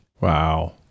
Wow